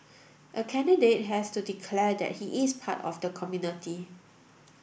a candidate has to declare that he is part of the community